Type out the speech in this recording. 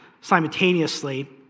simultaneously